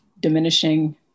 diminishing